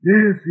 Yes